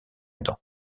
dent